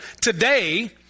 today